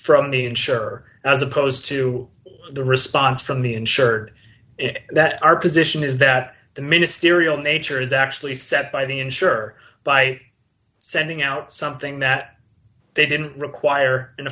from the insurer as opposed to the response from the insured it that our position is that the ministerial nature is actually set by the insurer by sending out something that they didn't require an